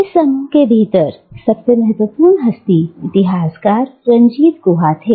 इस समूह के भीतर सबसे महत्वपूर्ण हस्ती इतिहासकार रणजीत गुहा थे